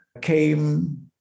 came